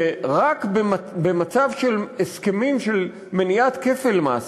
שרק במצב של הסכמים של מניעת כפל מס